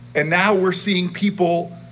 and now we're seeing people